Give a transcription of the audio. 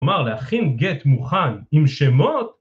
כלומר, להכין גט מוכן עם שמות.